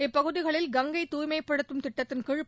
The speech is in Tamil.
இப்பகுதிகளில் கங்கை தாய்மைப்படுத்தும் திட்டத்தின்கீழ்